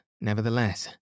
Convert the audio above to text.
nevertheless